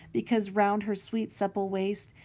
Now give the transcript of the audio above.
because round her sweet supple waist,